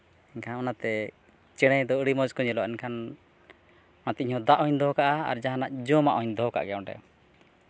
ᱮᱱᱠᱷᱟᱱ ᱚᱱᱟᱛᱮ ᱪᱮᱬᱮ ᱫᱚ ᱟᱹᱰᱤ ᱢᱚᱡᱽ ᱠᱚ ᱧᱮᱞᱚᱜ ᱮᱱᱠᱷᱟᱱ ᱚᱱᱟᱛᱮ ᱤᱧ ᱦᱚᱸ ᱫᱟᱜ ᱦᱚᱧ ᱫᱚᱦᱚ ᱠᱟᱜᱼᱟ ᱟᱨ ᱡᱟᱦᱟᱱᱟᱜ ᱡᱚᱢᱟᱜ ᱦᱚᱸᱧ ᱫᱚᱦᱚ ᱠᱟᱜ ᱜᱮᱭᱟ ᱚᱸᱰᱮ